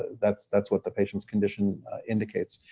that's that's what the patient's condition indicates.